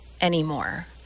anymore